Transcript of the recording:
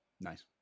Nice